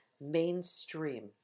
mainstream